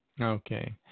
Okay